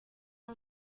aha